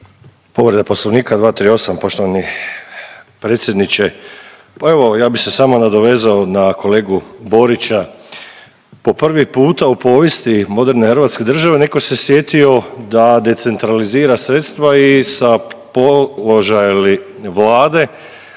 Povreda Poslovnika, 238, poštovani predsjedniče. Pa evo, ja bih se samo nadovezao na kolegu Borića, po prvi puta u povijesti moderne hrvatske države netko se sjetio da decentralizira sredstva i sa položaja Vlade